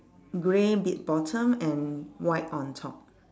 grey bit bottom and white on top